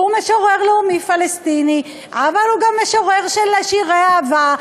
שהוא משורר לאומי פלסטיני אבל הוא גם משורר של שירי אהבה,